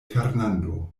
fernando